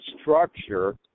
structure